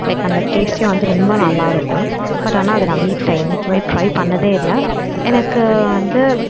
எனக்கு அந்த டேஸ்ட்டே வந்து ரொம்ப நல்லாருக்கும் பட் ஆனால் அதை நான் வீட்டில் என்றைக்குமே ட்ரைப் பண்ணதே இல்லை எனக்கு வந்து